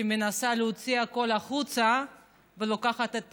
שמנסה להוציא הכול החוצה ולוקחת את